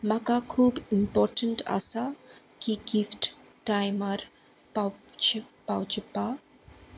म्हाका खूब इम्पोटंट आसा की गिफ्ट टायमार पावचें पावचेंपा